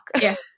Yes